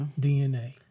DNA